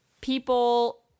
people